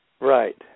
Right